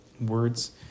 words